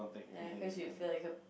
ya because you feel like a